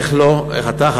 איך אתה,